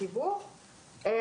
זה הסיפור הגדול ואני